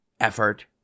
effort